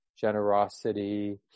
generosity